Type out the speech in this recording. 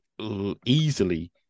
easily